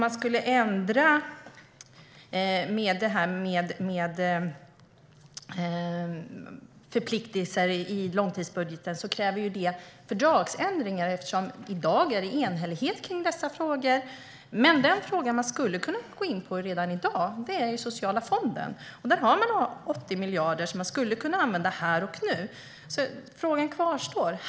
Att ändra detta med förpliktelser i långtidsbudgeten kräver fördragsändringar, eftersom det i dag krävs enhällighet i dessa frågor. Men den fråga som man hade kunnat gå in på redan i dag gäller sociala fonden. Där har man 80 miljarder som man skulle kunna använda här och nu. Frågan kvarstår alltså.